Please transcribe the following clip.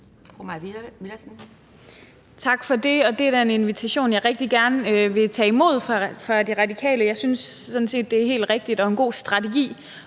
Tak for det. Det er da en invitation, jeg rigtig gerne vil tage imod fra De Radikale. Jeg synes sådan set, det er helt rigtigt og en god strategi